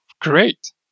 great